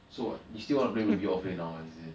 so what you still want to play ruby offlane now ah is it